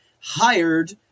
hired